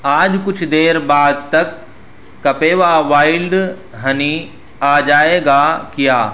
آج کچھ دیر بعد تک کپیوا وائلڈ ہنی آ جائے گا کیا